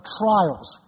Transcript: trials